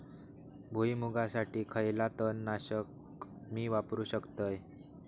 भुईमुगासाठी खयला तण नाशक मी वापरू शकतय?